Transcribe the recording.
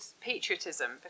patriotism